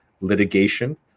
litigation